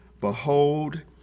Behold